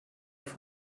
auf